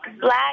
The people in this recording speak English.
black